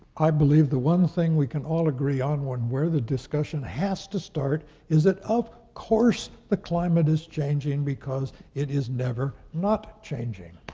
i believe the one thing we can all agree on and where the discussion has to start is that of course the climate is changing because it is never not changing.